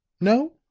no?